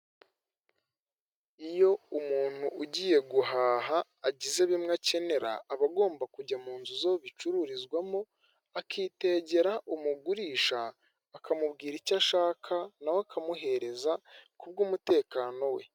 Iyo umuntu ugiye guhaha agize bimwe akenera aba agomba kujya mu nzu bicururizwamo akitegera umugurisha akamubwira icyo ashaka nawe akamuhereza kubw'umutekano we .